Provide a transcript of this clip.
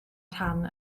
rhan